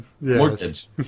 Mortgage